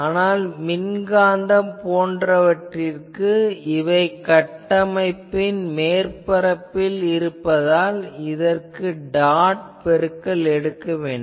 ஆனால் மின்காந்தம் போன்றவற்றிற்கு இவை கட்டமைப்பின் மேற்பரப்பில் இருப்பதால் இதற்கு டாட் பெருக்கல் எடுக்க வேண்டும்